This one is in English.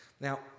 Now